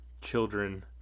children